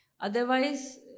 Otherwise